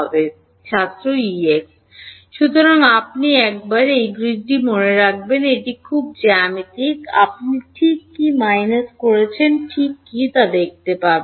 ছাত্র Ex সুতরাং আপনি একবার এই গ্রিডটি মনে রাখবেন এটি খুব জ্যামিতিক আপনি ঠিক কী মাইনাস কি এবং ঠিক কী তা দেখতে পারেন